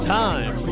time